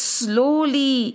slowly